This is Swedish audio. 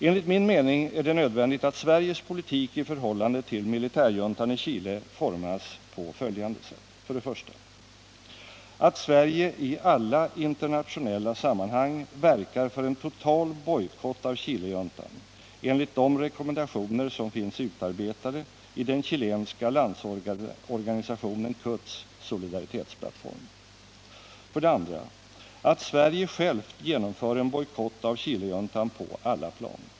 Enligt min mening är det nödvändigt att Sveriges politik i förhållande till militärjuntan i Chile formas på följande sätt: 1. Att Sverige i alla internationella sammanhang verkar för en total bojkott av Chilejuntan enligt de rekommendationer som finns utarbetade i den chilenska landsorganisationen CUT:s solidaritetsplattform. 2. Att Sverige självt genomför en bojkott av Chilejuntan på alla plan.